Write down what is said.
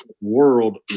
world